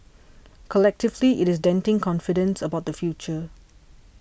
collectively it's denting confidence about the future